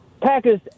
Packers